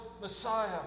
Messiah